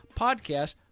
podcast